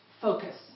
Focus